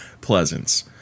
Pleasance